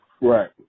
Right